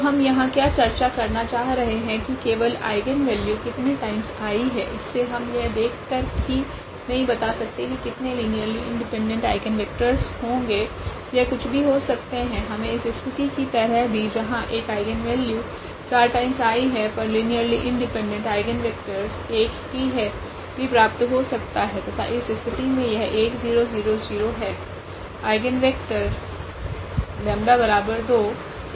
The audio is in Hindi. तो हम यहाँ क्या चर्चा करना चाह रहे है की केवल आइगनवेल्यू कितने टाइम्स आई है इससे हम यह देख कर ही नहीं बता सकते की कितने लीनियरली इंडिपेंडेंट आइगनवेक्टरस होगे यह कुछ भी हो सकते है हमे इस स्थिति की तरह भी जहां एक आइगनवेल्यू 4 टाइम्स आई है पर लीनियरली इंडिपेंडेंट आइगनवेक्टरस 1 ही है भी प्राप्त हो सकता है तथा इस स्थिति मे यह है